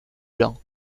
blanc